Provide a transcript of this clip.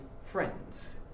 friends